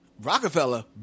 Rockefeller